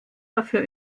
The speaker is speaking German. dafür